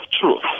truth